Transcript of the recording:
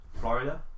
Florida